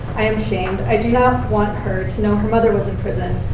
i am ashamed. i do not want her to know her mother was in prison.